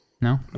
no